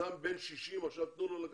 אדם בן 60 ייקח עכשיו משכנתה?